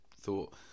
thought